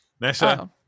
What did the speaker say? Nessa